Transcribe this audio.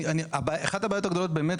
אחת הבעיות הגדולות באמת,